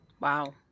Wow